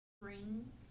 Bring